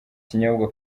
kinyobwa